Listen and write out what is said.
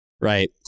Right